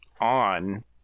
on